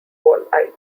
walleye